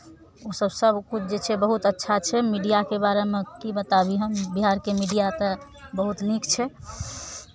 ओसभ सभकिछु जे छै बहुत अच्छा छै मीडियाके बारेमे की बताबी हम बिहारके मीडिया तऽ बहुत नीक छै